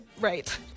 Right